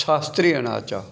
शास्त्रीय नाच आहे